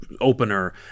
opener